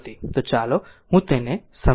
તો ચાલો હું તેને સમજાવું